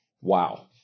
Wow